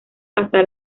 hasta